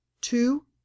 two